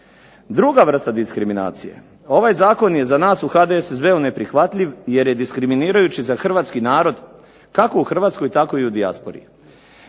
Druga vrsta diskriminacije. Ovaj zakon je za nas u HDSSB-u neprihvatljiv jer je diskriminirajući za hrvatski naroda, kako u Hrvatskoj tako i u dijaspori.